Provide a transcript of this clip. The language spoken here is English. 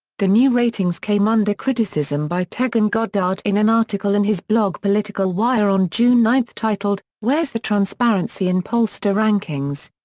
the new ratings came under criticism by taegan goddard in an article in his blog political wire on june nine titled where's the transparency in pollster rankings?